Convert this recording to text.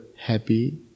happy